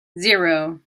zero